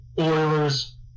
Oilers